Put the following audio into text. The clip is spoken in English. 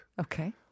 Okay